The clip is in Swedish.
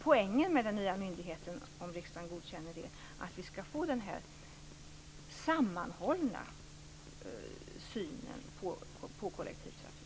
Poängen med den nya myndigheten - om riksdagen godkänner det - är att vi skall få en sådan sammanhållen syn på kollektivtrafiken.